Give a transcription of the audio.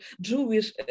Jewish